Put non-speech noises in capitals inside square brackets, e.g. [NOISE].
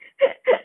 [LAUGHS]